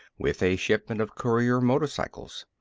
with a shipment of courier motorcycles.